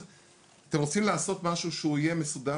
אתם רוצים לעשות משהו שהוא יהיה מסודר?